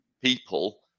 people